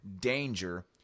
danger